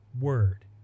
word